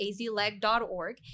azleg.org